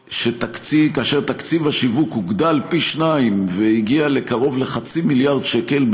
כאשר תקציב השיווק הוגדל פי שניים והגיע לקרוב לחצי מיליארד שקל,